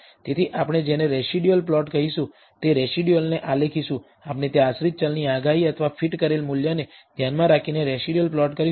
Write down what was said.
તેથી આપણે જેને રેસિડયુઅલ પ્લોટ કહીશું તે રેસિડયુઅલને આલેખીશું આપણે ત્યાં આશ્રિત ચલની આગાહી અથવા ફીટ કરેલ મૂલ્યને ધ્યાનમાં રાખીને રેસિડયુઅલ પ્લોટ કરીશું